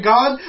God